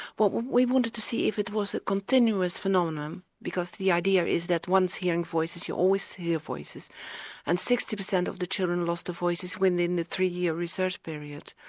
what we wanted to see if it was a continuous phenomenon because the idea is that once hearing voices you are always hear voices and sixty percent of the children lost the voices within the three year research period.